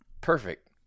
perfect